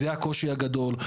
זה הקושי הגדול.